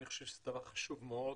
אני חושב שזה דבר חשוב מאוד,